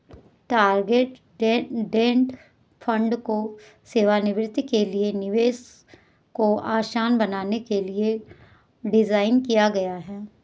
target date fund को सेवानिवृत्ति के लिए निवेश को आसान बनाने के लिए डिज़ाइन किया गया है